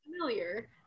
familiar